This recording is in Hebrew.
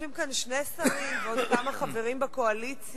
יושבים פה שני שרים ועוד כמה חברים בקואליציה,